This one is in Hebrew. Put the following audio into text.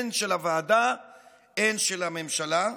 הן של הוועדה הן של הממשלה,